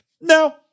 No